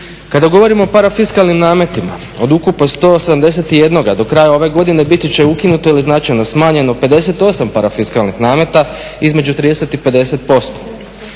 Kada govorimo o parafiskalnim nametima od ukupno 181 do kraja ove godine biti će ukinuto ili značajno smanjeno 58 parafiskalnih nameta između 30 i 50%